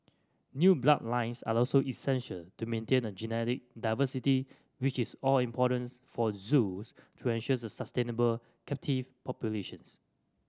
new bloodlines are also essential to maintain a genetic diversity which is all importance for zoos to ensure the sustainable captive populations